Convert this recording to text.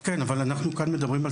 כן, אבל אנחנו מדברים כאן על